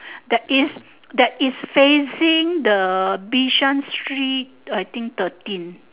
that is that is facing the bishan street I think thirteen